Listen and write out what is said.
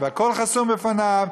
והכול חסום בפניו,